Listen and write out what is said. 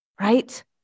right